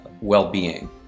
well-being